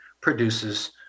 produces